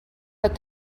but